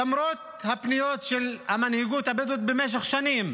למרות הפניות של המנהיגות הבדואית במשך שנים